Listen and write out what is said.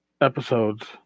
episodes